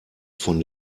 von